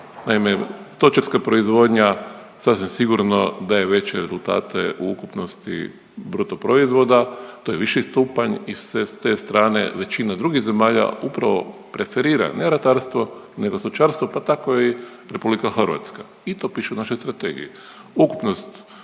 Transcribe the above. naime stočarska proizvodnja sasvim sigurno daje veće rezultate u ukupnosti bruto proizvoda to je viši stupanj i s te strane većina drugih zemalja upravo preferira ne ratarstvo nego stočarstvo pa tako i RH i to piše u našoj strategiji.